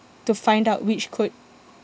to find out which code